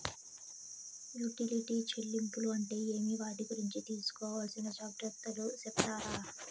Utility చెల్లింపులు అంటే ఏమి? వాటి గురించి తీసుకోవాల్సిన జాగ్రత్తలు సెప్తారా?